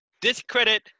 discredit